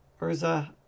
Urza